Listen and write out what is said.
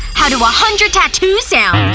how do one hundred tattoos sound?